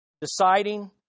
deciding